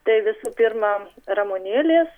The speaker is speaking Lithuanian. tai visų pirma ramunėlės